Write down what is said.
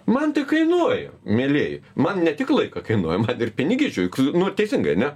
man tai kainuoja mielieji man ne tik laiką kainuoja man ir pinigišiui nu teisingai ne